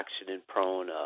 accident-prone